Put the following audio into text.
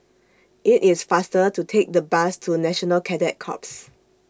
IT IS faster to Take The Bus to National Cadet Corps